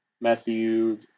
Matthew